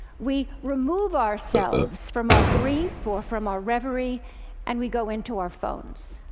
we remove ourselves from our grief or from our revery and we go into our phones.